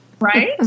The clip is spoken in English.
Right